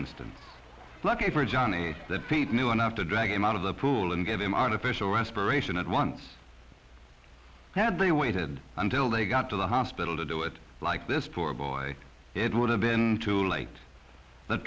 instance lucky for johnny knew enough to drag him out of the pool and give him artificial respiration and once had they waited until they got to the hospital to do it like this poor boy it would have been too late the